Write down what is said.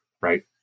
right